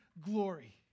glory